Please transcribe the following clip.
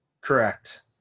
correct